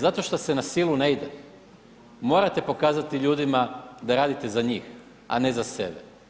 Zato što se na silu ne ide, morate pokazati ljudima da radite za njih, a ne za sebe.